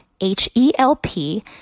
H-E-L-P